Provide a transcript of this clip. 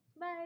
Bye